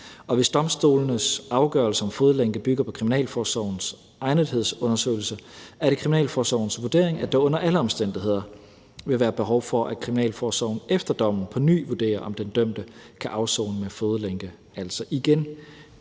Og hvis domstolenes afgørelse om fodlænke bygger på kriminalforsorgens egnethedsundersøgelse, er det kriminalforsorgens vurdering, at der under alle omstændigheder vil være behov for, at kriminalforsorgen efter dommen på ny vurderer, om den dømte kan afsone med fodlænke. Det